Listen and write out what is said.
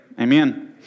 Amen